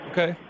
Okay